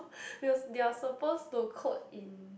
they was they are suppose to code in